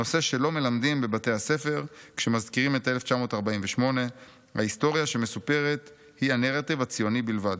נושא שלא מלמדים בבתי הספר כשמזכירים את 1948. ההיסטוריה שמסופרת היא הנרטיב הציוני בלבד.